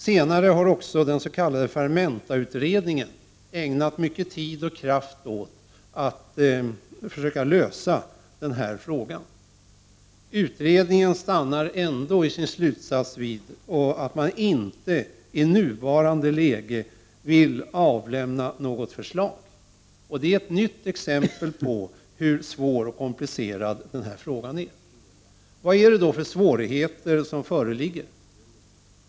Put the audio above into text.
Senare har också den s.k. Fermentautredningen ägnat mycket tid och kraft åt att försöka lösa denna fråga. Utredningen stannar ändå i sin slutsats vid att man inte i nuvarande läge vill avlämna något förslag. Det är ett nytt exempel på hur svår och komplicerad frågan är. Vilka svårigheter är det då som föreligger?